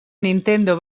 nintendo